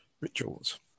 rituals